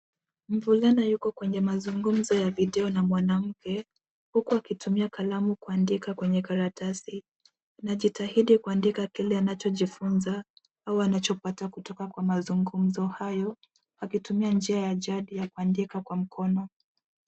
Mvulana yuko kwenye mazungumzo ya video na mwanamke uku akitumia kalamu kuandika kwenye karatasi. Anajitahidi kuandika kile anachojifuza au anachopata kutoka kwa mazungumzo hayo akitumia njia ya jadi ya kuandika kwa mkono.